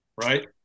right